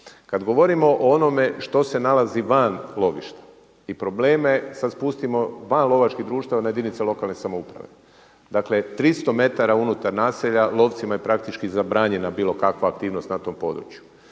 Kada govorimo o onome što se nalazi van lovišta i probleme, sada spustimo van lovačkih društava na jedinice lokalne samouprave. Dakle 300 metara unutar naselja lovcima je praktički zabranjena bilo kakva aktivnost na tom području.